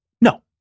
No